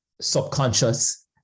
subconscious